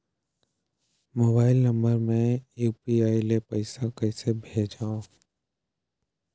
Mobile number मे UPI ले पइसा कइसे भेजवं?